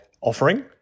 offering